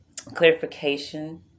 clarification